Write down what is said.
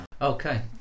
Okay